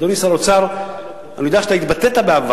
אדוני שר האוצר, אני יודע שאתה התבטאת בעבר